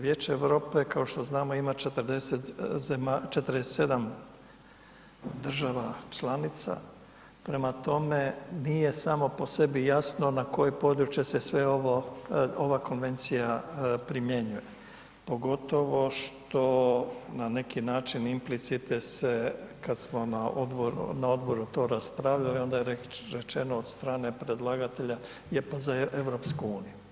Vijeće Europe kao što znamo ima 47 država članica, prema tome nije samo po sebi jasno na koje područje se ova konvencija primjenjuje, pogotovo što na neki način implicite se kada smo na odboru to raspravljali, onda je rečeno od strane predlagatelja, je pa za EU.